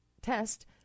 test